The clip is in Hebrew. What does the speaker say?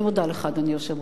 אני מודה לך, אדוני היושב-ראש.